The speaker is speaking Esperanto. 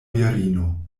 virino